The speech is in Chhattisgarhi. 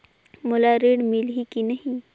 मोला ऋण मिलही की नहीं?